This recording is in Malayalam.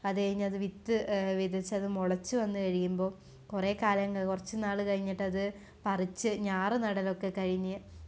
അത് കഴിഞ്ഞ് അത് വിത്തുവിതച്ച് അത് മുളച്ച് വന്നുകഴിയുമ്പോൾ കുറെക്കാലങ്ങൾ കുറച്ചുനാളു കഴിഞ്ഞിട്ട് അത് പറിച്ച് ഞാറുനടലൊക്കെ കഴിഞ്ഞ്